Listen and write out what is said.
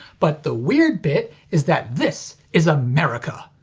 but the weird bit is that this is america.